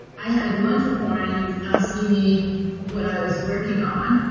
i had lunch with warren and he was asking me what i was working on.